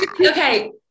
Okay